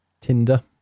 tinder